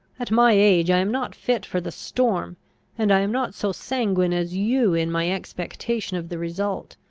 at my age i am not fit for the storm and i am not so sanguine as you in my expectation of the result.